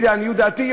לעניות דעתי,